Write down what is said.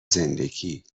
زندگی